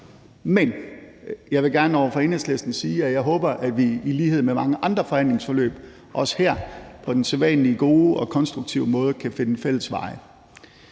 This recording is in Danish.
Men jeg vil gerne til Enhedslisten sige, at jeg håber, at vi i lighed med mange andre forhandlingsforløb også her på den sædvanlige gode og konstruktive måde kan finde fælles veje.